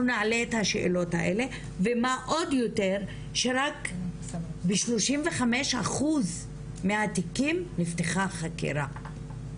נעלה את השאלות האלה ועוד יותר שרק ב-35 אחוז מהתיקים נפתחה חקירה,